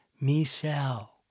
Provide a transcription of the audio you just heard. Michelle